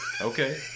Okay